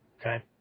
Okay